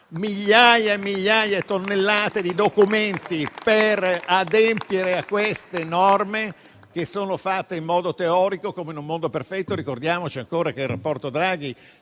migliaia e migliaia di tonnellate di documenti per adempiere a queste norme che sono pensate in modo teorico, per un mondo perfetto. Ricordiamoci che il rapporto Draghi